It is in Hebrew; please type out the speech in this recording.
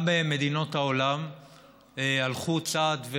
גם מדינות העולם הלכו צעד,